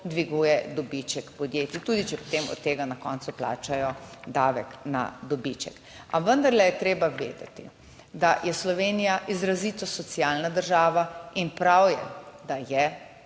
dviguje dobiček podjetij, tudi če potem od tega na koncu plačajo davek na dobiček. A vendarle je treba vedeti, da je Slovenija izrazito socialna država in prav je, da je